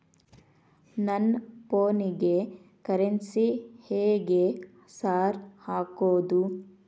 ನನ್ ಫೋನಿಗೆ ಕರೆನ್ಸಿ ಹೆಂಗ್ ಸಾರ್ ಹಾಕೋದ್?